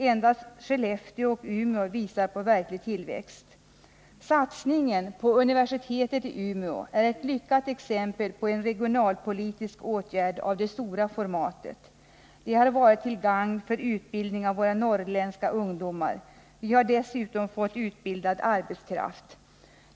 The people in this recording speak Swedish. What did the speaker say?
Endast Skellefteå och Umeå visar på verklig tillväxt. Satsningen på universitetet i Umeå är ett lyckat exempel på en regionalpolitisk åtgärd av stort format. Den har varit till gagn för utbildning av våra norrländska ungdomar. Vi har dessutom fått utbildad arbetskraft.